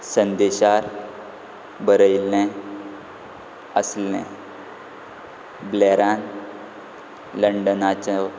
संदेशार बरयल्लें आसलें ब्लॅरान लंडनाचो